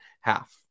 half